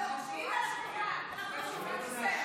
חברת הכנסת גוטליב,